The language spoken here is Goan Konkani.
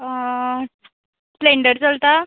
स्प्लेंडर चलता